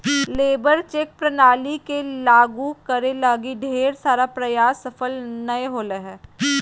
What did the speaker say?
labour check प्रणाली के लागु करे लगी ढेर सारा प्रयास सफल नय होले हें